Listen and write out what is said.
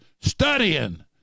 studying